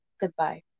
goodbye